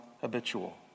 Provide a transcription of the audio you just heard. habitual